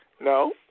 No